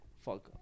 Fuck